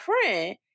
friend